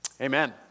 Amen